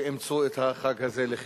שאימצו את החג הזה לחיקן.